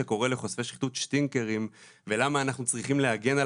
שקורא לחושפי שחיתות "שטינקרים" ולמה אנחנו צריכים להגן על